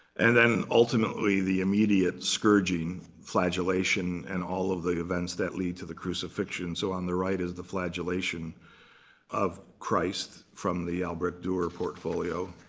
and then ultimately, the immediate scourging, flagellation, and all of the events that lead to the crucifixion. so on the right is the flagellation of christ from the albrecht durer portfolio.